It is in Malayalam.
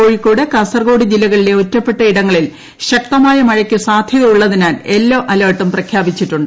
കോഴിക്കോട് കാസർകോട് ജില്ലകളിലെ ഒറ്റപ്പെ ട്ടയിടങ്ങളിൽ ശക്തമായ മഴയ്ക്കു സാധ്യതയുള്ളതിനാൽ യെല്ലോ അലർട്ടും പ്രഖ്യാപിച്ചിട്ടുണ്ട്